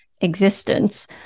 existence